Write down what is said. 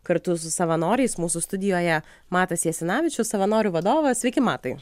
kartu su savanoriais mūsų studijoje matas jasinavičius savanorių vadovas sveiki matai